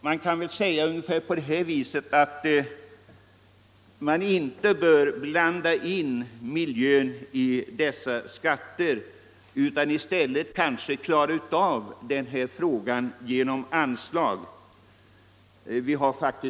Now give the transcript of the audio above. Min uppfattning är alltså att frågan om miljön inte bör tas upp i skattesammanhang på detta sätt utan att miljöförbättringar bör åstadkommas genom anslag via statsbudgeten.